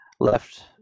left